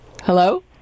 Hello